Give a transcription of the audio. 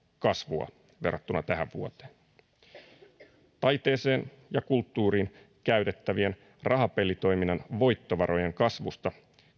kasvua verrattuna tähän vuoteen taiteeseen ja kulttuuriin käytettävien rahapelitoiminnan voittovarojen kasvusta